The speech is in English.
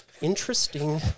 interesting